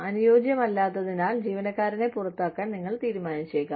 അനുയോജ്യമല്ലാത്തതിനാൽ ജീവനക്കാരനെ പുറത്താക്കാൻ നിങ്ങൾ തീരുമാനിച്ചേക്കാം